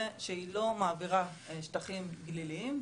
זה שהיא לא מעבירה שטחים גליליים,